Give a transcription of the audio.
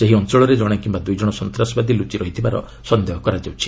ସେହି ଅଞ୍ଚଳରେ ଜଣେ କିମ୍ବା ଦୁଇ ଜଣ ସନ୍ତାସବାଦୀ ଲୁଚି ରହିଥିବାର ସନ୍ଦେହ କରାଯାଉଛି